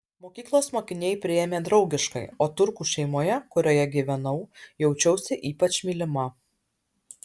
mokyklos mokiniai priėmė draugiškai o turkų šeimoje kurioje gyvenau jaučiausi ypač mylima